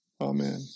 Amen